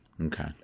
Okay